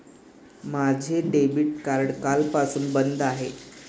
माझे debit card कालपासून बंद आहे